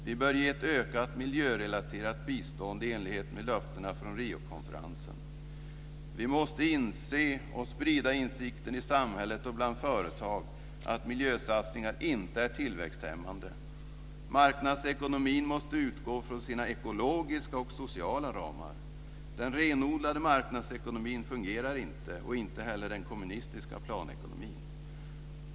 Vi bör ge ett ökat miljörelaterat bistånd i enlighet med löftena från Riokonferensen. Vi måste inse och sprida insikten i samhället och bland företag att miljösatsningar inte är tillväxthämmande. Marknadsekonomin måste utgå från sina ekologiska och sociala ramar. Den renodlade marknadsekonomin fungerar inte och inte heller den kommunistiska planekonomin.